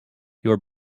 your